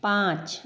पाँच